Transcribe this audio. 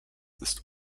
ist